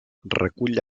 recull